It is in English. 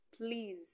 please